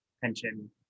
pension